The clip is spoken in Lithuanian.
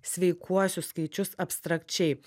sveikuosius skaičius abstrakčiai